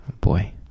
Boy